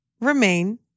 remain